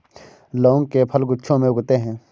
लौंग के फल गुच्छों में उगते हैं